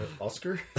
Oscar